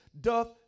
doth